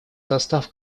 состав